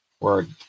Word